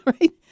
Right